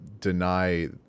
deny